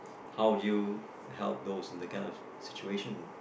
how you help those in that kind of situation